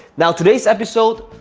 now, today's episode,